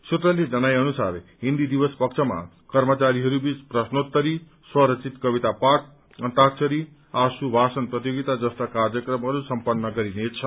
सूत्रले जनाए अनुसार हिन्दी दिवस पक्षमा कर्मचारीहरू बीच प्रश्नोत्तर स्वरचित कविता पाठ अन्ताक्षरी आशु भाषणा प्रतियोगतिा जस्ता कार्यक्रमहरू सम्पन्न गरिने छन्